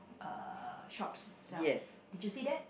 uh shops shelf did you see that